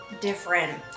Different